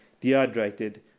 dehydrated